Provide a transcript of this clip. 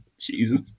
Jesus